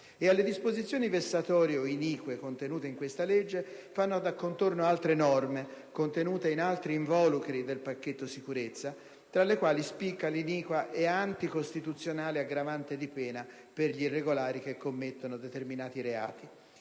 E alle disposizioni vessatorie o inique contenute in questa legge fanno da contorno altre norme, contenute in altri involucri del pacchetto sicurezza, tra le quali spicca l'iniqua ed anticostituzionale aggravante di pena per gli irregolari che commettono determinati reati.